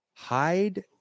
Hide